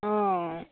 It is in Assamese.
অঁ